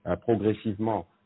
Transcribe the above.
progressivement